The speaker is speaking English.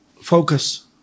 focus